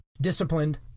disciplined